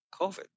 COVID